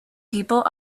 people